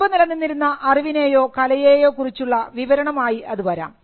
മുൻപ് നിലനിന്നിരുന്ന അറിവിനെയോ കലയെയോ കുറിച്ചുള്ള വിവരണം ആയി അത് വരാം